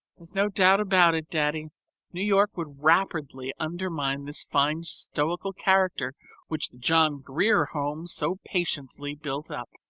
there's no doubt about it, daddy new york would rapidly undermine this fine stoical character which the john grier home so patiently built up.